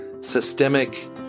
systemic